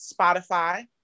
Spotify